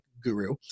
guru